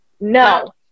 No